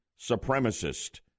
supremacist